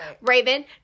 Raven